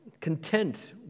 content